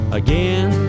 again